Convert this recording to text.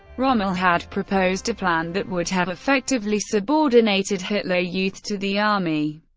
rommel had proposed a plan that would have effectively subordinated hitler youth to the army,